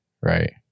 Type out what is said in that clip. Right